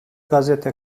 gazete